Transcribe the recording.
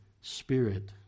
spirit